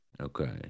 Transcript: Okay